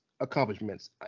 accomplishments